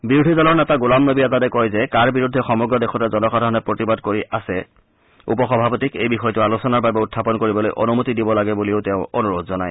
বিৰোধীদলৰ নেতা গোলামনবী আজাদে কয় যে কাৰ বিৰুদ্ধে সমগ্ৰ দেশতে জনসাধাৰণে প্ৰতিবাদ কৰি আছে উপসভাপতিক এই বিষয়টো আলোচনাৰ বাবে উখাপন কৰিবলৈ অনুমতি দিব লাগে বুলি অনুৰোধ জনায়